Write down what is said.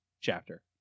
chapter